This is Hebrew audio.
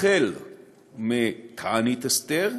החל מתענית אסתר